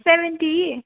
seventy